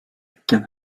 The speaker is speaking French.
canne